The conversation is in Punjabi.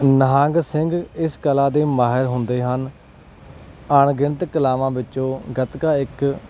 ਨਿਹੰਗ ਸਿੰਘ ਇਸ ਕਲਾ ਦੇ ਮਾਹਿਰ ਹੁੰਦੇ ਹਨ ਅਣਗਿਣਤ ਕਲਾਵਾਂ ਵਿੱਚੋਂ ਗਤਕਾ ਇੱਕ